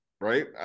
right